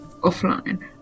Offline